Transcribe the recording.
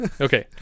Okay